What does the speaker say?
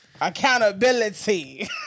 Accountability